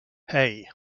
hey